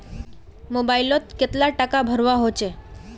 Mobile लोत कतला टाका भरवा होचे?